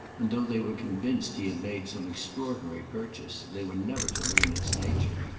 and though they were convinced he had made some extraordinary purchase they were never to learn its nature.